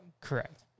Correct